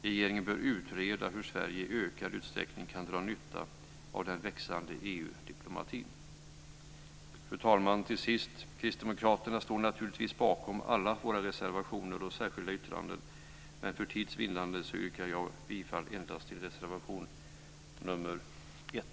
Regeringen bör utreda hur Sverige i ökad utsträckning kan dra nytta av den växande EU-diplomatin. Fru talman! Till sist vill jag säga att vi i Kristdemokraterna naturligtvis står bakom alla våra reservationer och särskilda yttranden, men för tids vinnande yrkar jag bifall endast till reservation nr 1.